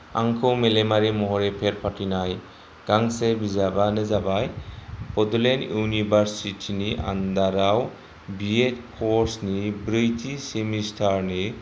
आंखौ मेलेमारि महरै फेर फाथिनाय गांसे बिजाबानो जाबाय बड'लेण्ड इउनिभार्सिटिनि आन्दाराव बिए्ड कर्सनि ब्रैथि सेमिस्टारनि